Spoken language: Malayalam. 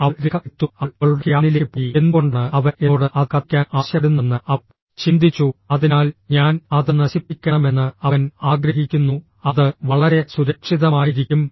അവൾ രേഖ എടുത്തു അവൾ അവളുടെ ക്യാബിനിലേക്ക് പോയി എന്തുകൊണ്ടാണ് അവൻ എന്നോട് അത് കത്തിക്കാൻ ആവശ്യപ്പെടുന്നതെന്ന് അവൾ ചിന്തിച്ചു അതിനാൽ ഞാൻ അത് നശിപ്പിക്കണമെന്ന് അവൻ ആഗ്രഹിക്കുന്നു അത് വളരെ സുരക്ഷിതമായിരിക്കും